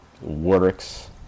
works